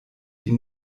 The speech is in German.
die